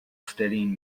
studying